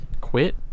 quit